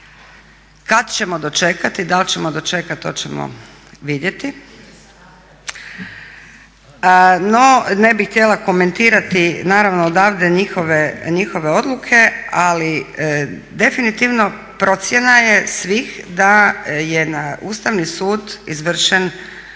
Kad ćemo dočekati i dal' ćemo dočekati to ćemo vidjeti. No, ne bih htjela komentirati naravno odavde njihove odluke ali definitivno procjena je svih da je na Ustavni sud izvršen